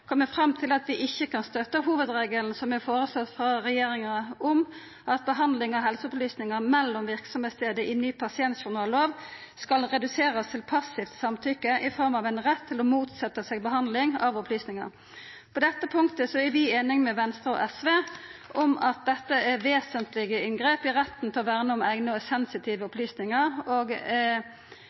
kan støtta hovudregelen som er foreslått frå regjeringa om at behandling av helseopplysningar mellom verksemder i ny pasientjournallov skal reduserast til passivt samtykke i form av ein rett til å motsetja seg behandling av opplysningar. På dette punktet er vi einige med Venstre og SV i at dette er vesentlege inngrep i retten til å verna om eigne sensitive opplysningar, og